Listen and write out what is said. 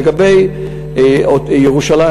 לגבי ירושלים,